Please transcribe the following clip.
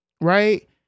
right